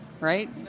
right